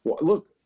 Look